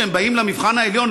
כשהם באים למבחן העליון,